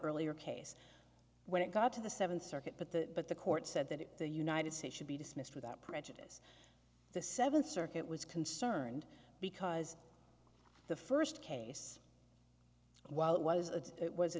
earlier case when it got to the seventh circuit but the but the court said that the united states should be dismissed without prejudice the seventh circuit was concerned because the first case while it was a it was a